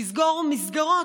לסגור מסגרות,